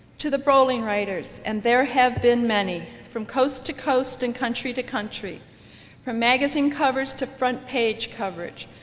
to the bowling writers and there have been many from coast to coast and country to country from magazine covers to front-page coverage,